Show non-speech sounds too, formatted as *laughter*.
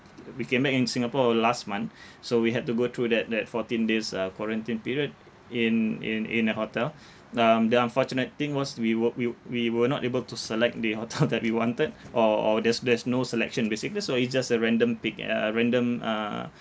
we came back in singapore uh last month so we had to go through that that fourteen days uh quarantine period in in in a hotel um the unfortunate thing was we were we we were not able to select the hotel *laughs* that we wanted or or there's there's no selection basic that's so it's just a random pick a a random uh